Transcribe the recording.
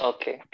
Okay